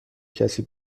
کسی